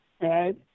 right